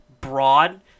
Broad